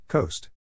Coast